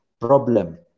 problem